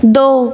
ਦੋ